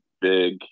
big